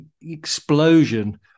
explosion